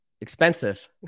Expensive